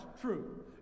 true